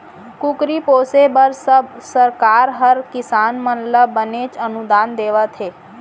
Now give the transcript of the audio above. कुकरी पोसे बर सरकार हर किसान मन ल बनेच अनुदान देवत हे